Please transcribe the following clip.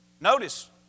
Notice